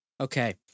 Okay